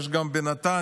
יש גם בנתניה,